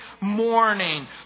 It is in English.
morning